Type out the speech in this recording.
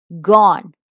gone